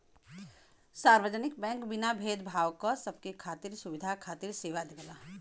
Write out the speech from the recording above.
सार्वजनिक बैंक बिना भेद भाव क सबके खातिर सुविधा खातिर सेवा देला